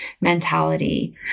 mentality